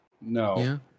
No